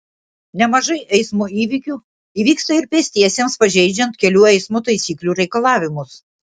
nemažai eismo įvykių įvyksta ir pėstiesiems pažeidžiant kelių eismo taisyklių reikalavimus